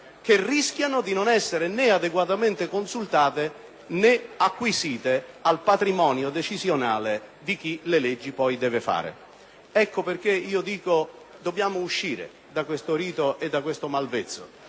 che rischiano di non essere né adeguatamente consultate, né acquisite al patrimonio decisionale di chi poi deve fare le leggi. Ritengo che dobbiamo uscire da questo rito e da questo malvezzo.